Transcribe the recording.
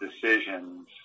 decisions